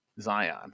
zion